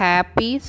Happy